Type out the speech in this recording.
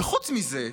וחוץ מזה,